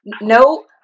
no